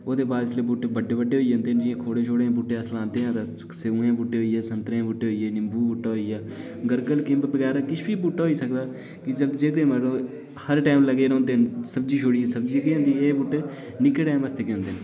ओह्दे बाद बूह्टे जिसलै बड्डे बड्डे होई जंदे न ते खोड़ें शोड़ें दे बूह्टे अस लांदे हे तां स्यौ दे बूह्टे होई गे संतरें दे बूह्टे होई गै निंबू दा बूह्टा होई गेआ गरगल किम्ब किश बी बूह्टा होई सकदा जेह्के मतलब हर टैम लग्गे रौंहदे न सब्जी छोड़ियै सब्ज़ी केह् होंदी एह बूह्टा निक्के टैम आस्ते गै होंदा